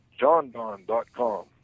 JohnDon.com